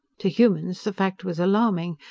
to humans, the fact was alarming.